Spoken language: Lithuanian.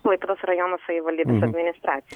klaipėdos rajono savivaldybės administracija